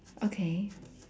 okay